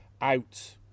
out